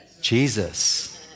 Jesus